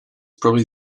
probably